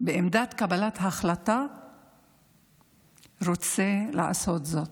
בעמדת קבלת החלטה רוצה לעשות זאת.